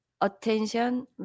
attention